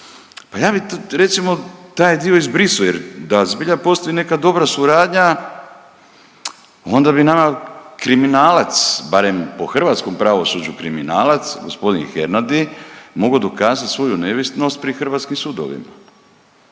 Pa ja bi recimo taj dio izbrisao jer da zbilja postoji neka dobra suradnja onda bi nama kriminalac, barem po hrvatskom pravosuđu kriminalac gospodin Hernadi mogao dokazati svoju nevinost pri hrvatskim sudovima.